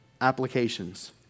applications